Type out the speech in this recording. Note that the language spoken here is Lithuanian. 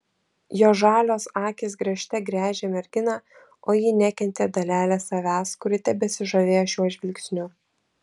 jo žalios akys gręžte gręžė merginą o ji nekentė dalelės savęs kuri tebesižavėjo šiuo žvilgsniu